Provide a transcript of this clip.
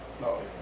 no